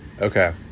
okay